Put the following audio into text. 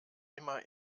immer